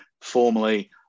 formally